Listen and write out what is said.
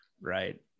right